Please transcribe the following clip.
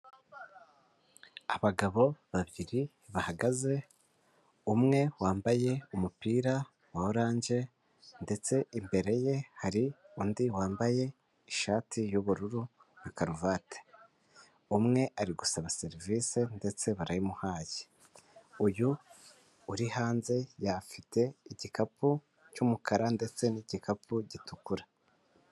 Abagabo babiri bahagaze umwe wambaye umupira wa orange ndetse imbere ye hari undi wambaye ishati y'ubururu na karuvati. Umwe ari gusaba serivisi ndetse barayimuhaye. Uyu uri hanze afite igikapu cy'umukara ndetse n'igikapu gitukura.